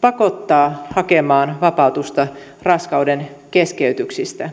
pakottaa hakemaan vapautusta raskaudenkeskeytyksistä